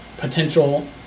Potential